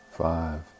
Five